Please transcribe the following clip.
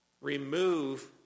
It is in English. remove